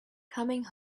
coming